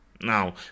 Now